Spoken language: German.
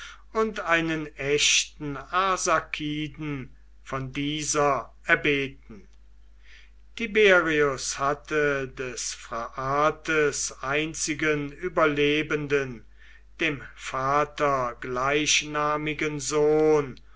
und einen echten arsakiden von dieser erbeten tiberius hatte des phraates einzigen überlebenden dem vater gleichnamigen sohn